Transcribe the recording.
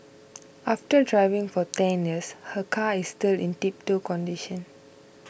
after driving for ten years her car is still in tiptop condition